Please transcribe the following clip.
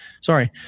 sorry